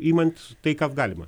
imant tai kam galima